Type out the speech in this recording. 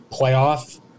playoff